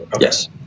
Yes